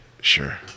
Sure